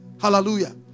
Hallelujah